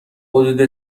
حدود